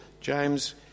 James